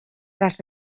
tras